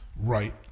Right